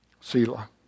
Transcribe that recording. Selah